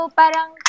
parang